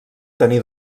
tenir